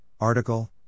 Article